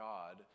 God